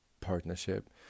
partnership